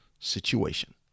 situation